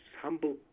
humble